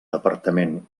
departament